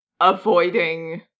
avoiding